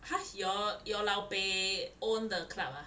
!huh! your your lao bei own the club ah